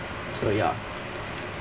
so ya